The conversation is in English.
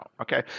okay